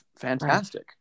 fantastic